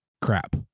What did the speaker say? crap